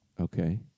Okay